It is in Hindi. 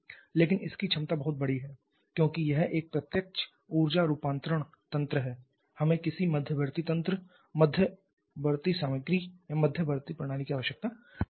लेकिन इसकी क्षमता बहुत बड़ी है क्योंकि यह एक प्रत्यक्ष ऊर्जा रूपांतरण तंत्र है हमें किसी मध्यवर्ती तंत्र मध्यवर्ती सामग्री या मध्यवर्ती प्रणाली की आवश्यकता नहीं है